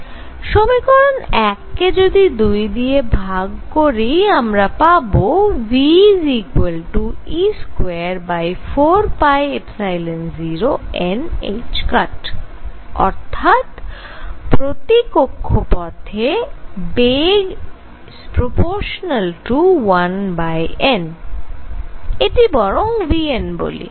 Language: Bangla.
সমীকরণ 1 কে যদি 2 দিয়ে ভাগ করি আমরা পাবো ve24π0nℏ অর্থাৎ প্রতি কক্ষপথে বেগ 1n এটি বরং vn বলি